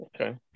Okay